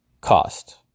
cost